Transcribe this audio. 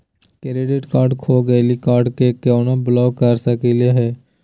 Credit card खो गैली, card क केना ब्लॉक कर सकली हे?